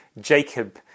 Jacob